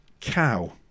cow